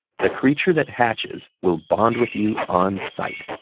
the creature that hatches will bond with you on sight,